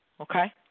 Okay